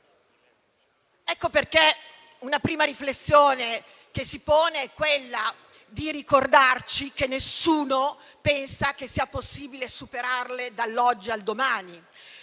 Ecco perché una prima riflessione che si pone è quella di ricordarci che nessuno pensa che sia possibile superarle dall'oggi al domani,